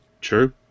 True